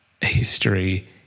history